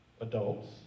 adults